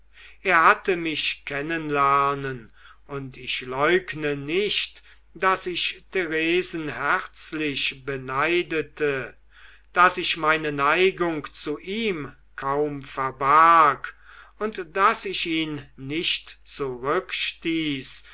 er hatte mich kennen lernen und ich leugne nicht daß ich theresen herzlich beneidete daß ich meine neigung zu ihm kaum verbarg und daß ich ihn nicht